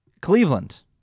Cleveland